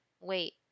wait